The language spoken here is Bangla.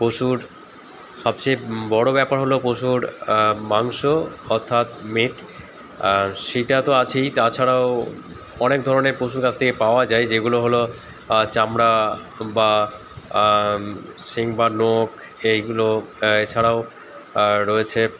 পশুর সবচেয়ে বড়ো ব্যাপার হলো পশুর মাংস অর্থাৎ মিট সেটা তো আছেই তাছাড়াও অনেক ধরনের পশুর কাছ থেকে পাওয়া যায় যেগুলো হলো চামড়া বা সিং বা নখ এইগুলো এছাড়াও রয়েছে